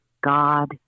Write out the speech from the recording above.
God